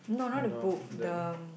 no then